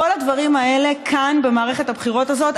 כל הדברים האלה כאן במערכת הבחירות הזאת,